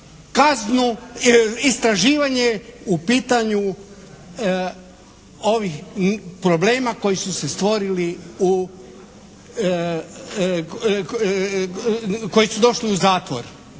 kaznu, istraživanje u pitanju ovih problema koji su se stvorili u, koji su došli u zatvor.